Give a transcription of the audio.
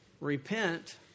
Repent